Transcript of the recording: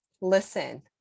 listen